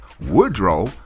Woodrow